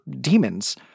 demons